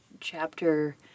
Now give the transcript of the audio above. Chapter